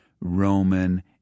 Roman